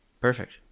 Perfect